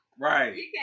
Right